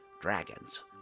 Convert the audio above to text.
dragons